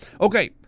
Okay